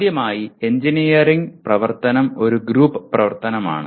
ആദ്യമായി എഞ്ചിനീയറിംഗ് പ്രവർത്തനം ഒരു ഗ്രൂപ്പ് പ്രവർത്തനമാണ്